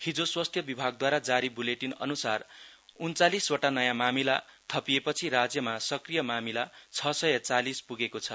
हिजो स्वास्थ्य विभागद्वारा जारी बुलेटिन अन्सार उनचालीसवटा नयाँ मामिला थपिएपछि राज्यमा सक्रिय मामिला छ सय चालिस पुगेको छ